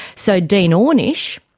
so dean ornish,